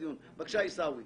בדיוק,